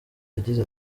yagize